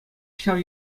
ҫав